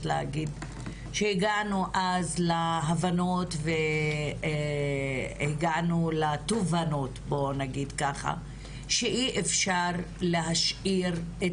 להגיד שהגענו אז להבנות והגענו לתובנות שאי אפשר להשאיר את